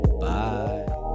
Bye